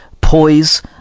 poise